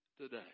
today